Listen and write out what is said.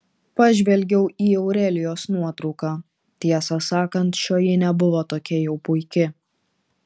pažvelgiau į aurelijos nuotrauką tiesą sakant šioji nebuvo tokia jau puiki